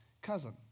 cousin